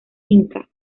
inca